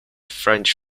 french